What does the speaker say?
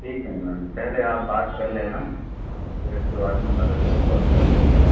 ठीक है मैम पहले आप बात कर लेना फिर इसके बाद में बता देना कॉल करके ठीक है